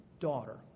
Daughter